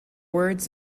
words